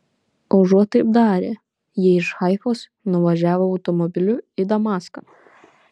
užuot taip darę jie iš haifos nuvažiavo automobiliu į damaską